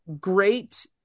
great